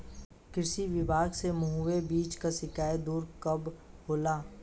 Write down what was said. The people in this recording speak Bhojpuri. कृषि विभाग से मुहैया बीज के शिकायत दुर कब होला?